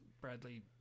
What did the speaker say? bradley